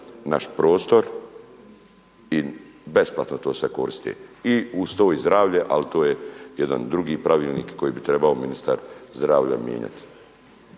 naš prostor i besplatno to se koristi i uz to i zdravlje ali to je jedan drugi pravilnik koji bi trebao ministar zdravlja mijenjati.